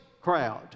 crowd